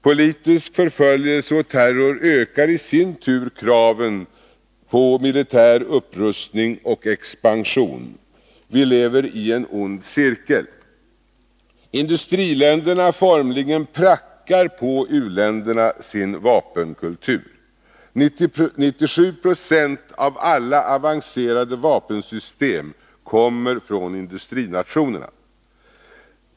Politisk förföljelse och terror ökar i sin tur kraven på militär upprustning och expansion. Vi lever i en ond cirkel. Industriländerna formligen prackar på u-länderna sin vapenkultur. 97 9o av alla avancerade vapensystem kommer från industrinationerna.